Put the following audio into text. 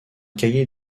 cahier